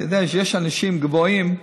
כשיש אנשים גבוהים,